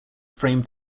frame